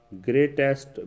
greatest